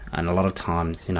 and a lot of times you know